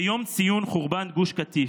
ביום ציון חורבן גוש קטיף,